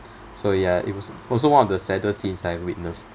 so ya it was also one of the saddest scenes I have witnessed